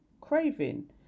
craving